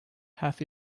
half